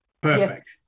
Perfect